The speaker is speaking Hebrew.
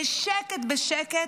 בשקט בשקט,